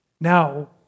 Now